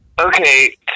Okay